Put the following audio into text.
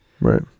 right